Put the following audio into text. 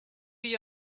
you